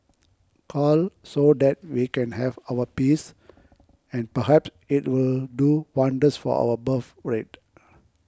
cull so that we can have our peace and perhaps it'll do wonders for our birthrate